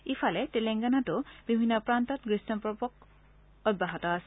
ইফালে তেলেংগানাতো বিভিন্ন প্ৰান্তত গ্ৰীম্ম প্ৰকোপ অব্যাহত আছে